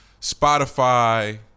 Spotify